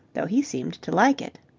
though he seemed to like it.